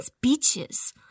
beaches